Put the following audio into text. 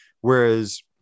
whereas